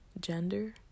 gender